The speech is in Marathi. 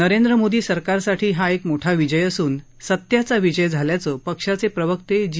नरेंद्र मोदी सरकारसाठी हा मोठा विजय असून सत्याचा विजय झाल्याचं पक्षाचे प्रवक्ते जी